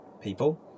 people